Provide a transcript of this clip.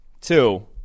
Two